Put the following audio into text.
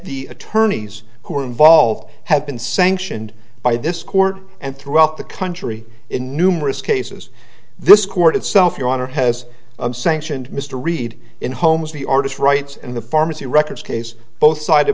the attorneys who are involved have been sanctioned by this court and throughout the country in numerous cases this court itself your honor has sanctioned mr reid in homes the artist rights and the pharmacy records case both cited